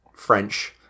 French